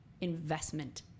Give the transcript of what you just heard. Investment